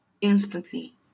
instantly